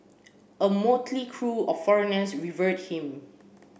a motley crew of foreigners revered him